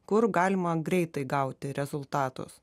kur galima greitai gauti rezultatus